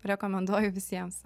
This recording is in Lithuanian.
rekomenduoju visiems